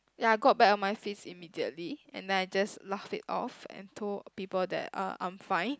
ya I got back on my feet immediately and then I just laugh it off and told people that uh I'm fine